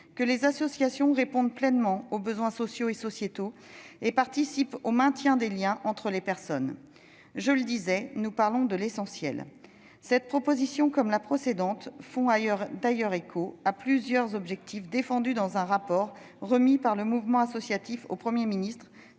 que les associations répondent pleinement « aux besoins sociaux et sociétaux » et participent au maintien des liens entre les personnes. Je le disais, nous parlons de l'essentiel. Cette proposition de loi, comme la précédente, fait écho à plusieurs objectifs défendus dans un rapport remis par le Mouvement associatif au Premier ministre,